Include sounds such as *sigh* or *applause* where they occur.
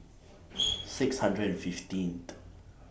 *noise* six hundred and fifteenth